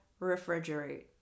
refrigerate